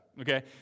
Okay